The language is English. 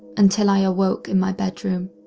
until i awoke in my bedroom.